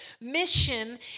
mission